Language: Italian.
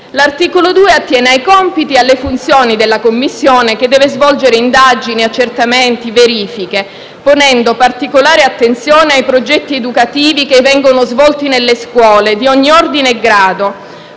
L'articolo 2 attiene ai compiti e alle funzioni della Commissione, che deve svolgere indagini, accertamenti, verifiche, ponendo particolare attenzione ai progetti educativi che vengono svolti nelle scuole di ogni ordine e grado